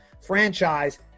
franchise